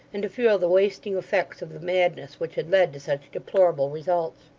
and feel the wasting effects of the madness which had led to such deplorable results.